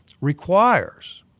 requires –